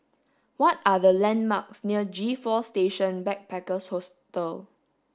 what are the landmarks near G four Station Backpackers Hostel